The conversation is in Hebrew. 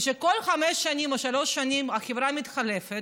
ושכל חמש שנים או שלוש שנים החברה מתחלפת,